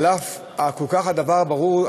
אף שהדבר כל כך ברור,